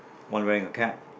one wearing a cap